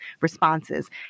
responses